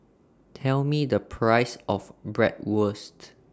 Tell Me The Price of Bratwurst